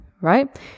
right